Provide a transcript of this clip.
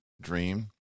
dream